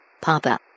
Papa